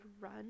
run